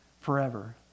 forever